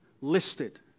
listed